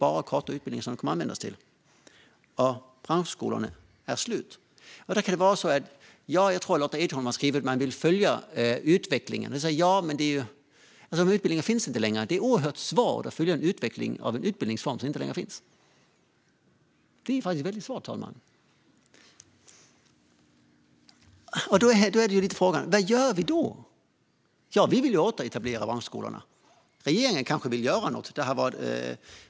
De kommer bara att användas till de korta utbildningarna, och branschskolorna är borta. Jag tror att Lotta Edholm har skrivit att man vill följa utvecklingen. Men de utbildningarna finns inte längre. Det är oerhört svårt att följa utvecklingen av en utbildningsform som inte längre finns. Det är faktiskt väldigt svårt, herr talman. Då är frågan: Vad gör vi? Vi vill återetablera branschskolorna. Regeringen kanske vill göra något.